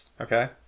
Okay